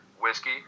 whiskey